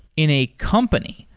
in a company,